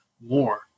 more